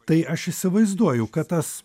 tai aš įsivaizduoju kad tas